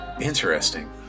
Interesting